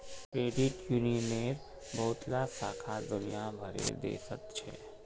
credit यूनियनेर बहुतला शाखा दुनिया भरेर देशत छेक